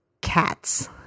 cats